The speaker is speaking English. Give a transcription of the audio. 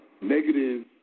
negative